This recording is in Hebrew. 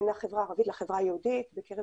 בין החברה הערבית לחברה היהודית בקרב